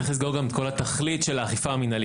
צריך לזכור גם את כל התכלית של האכיפה המינהלית.